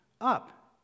up